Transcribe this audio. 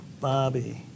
Bobby